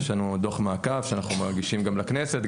יש לנו דוח מעקב שאנחנו מגישים גם לכנסת.